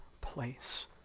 place